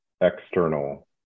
external